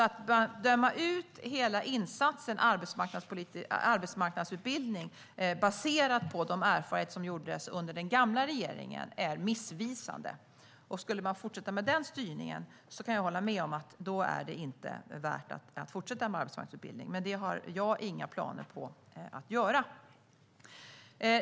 Att döma ut hela insatsen arbetsmarknadsutbildning baserat på de erfarenheter som gjordes under den gamla regeringen är missriktat. Skulle man fortsätta med den styrningen kan jag hålla med om att det inte vore värt att fortsätta med arbetsmarknadsutbildning. Men det har jag inga planer på att göra.